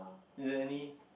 is there any